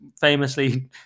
famously